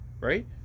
Right